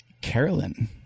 Carolyn